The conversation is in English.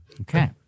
Okay